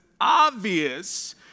obvious